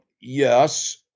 yes